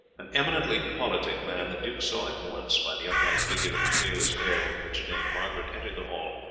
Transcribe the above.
an eminently politic man, the duke saw at once by the upright figure and the fearless air with which dame margaret entered the hall,